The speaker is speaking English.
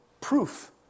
proof